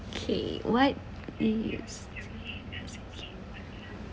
okay what is